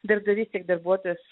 darbdavys tiek darbuotojas